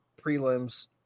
prelims